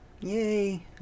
Yay